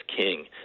king